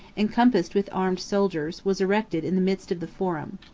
encompassed with armed soldiers, was erected in the midst of the forum.